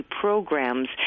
programs